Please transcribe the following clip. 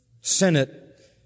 Senate